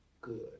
good